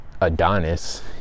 Adonis